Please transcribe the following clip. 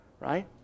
right